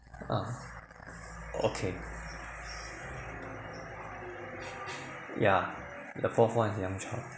uh okay yeah the fourth one is young child